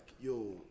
yo